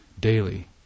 daily